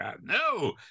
no